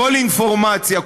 כל אינפורמציה,